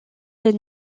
les